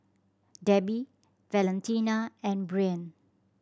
Debi Valentina and Breann